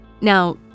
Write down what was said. Now